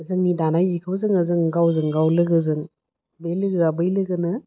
जोंनि दानाय जिखौ जोङो जों गावजों गाव लोगोजों बे लोगोआ बै लोगोनो